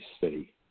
city